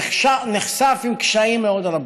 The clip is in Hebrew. נחשף לקשיים מאוד רבים,